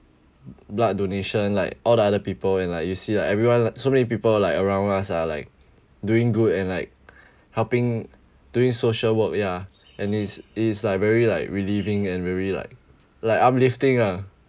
blood donation like all the other people and like you see like everyone like so many people like around us are like doing good and like helping doing social work ya and it's it is like very like relieving and very like like uplifting ah